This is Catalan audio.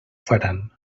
faran